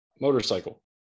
motorcycle